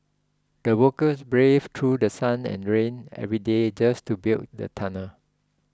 the workers braved through The Sun and rain every day just to build the tunnel